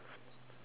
great